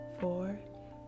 four